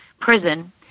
prison